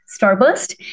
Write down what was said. Starburst